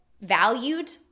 valued